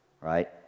Right